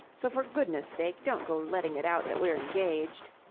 so for goodness' sake don't go letting it out that we're engaged.